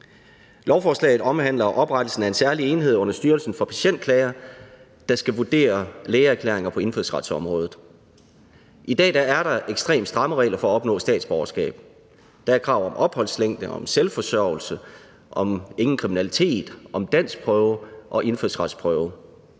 Lovforslaget omhandler oprettelsen af en særlig enhed under Styrelsen for Patientklager, der skal vurdere lægeerklæringer på indfødsretsområdet. I dag er der ekstremt stramme regler for at opnå statsborgerskab. Der er krav om opholdslængde, om selvforsørgelse, om ingen kriminalitet, om danskprøve og indfødsretsprøve.